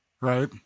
right